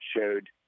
showed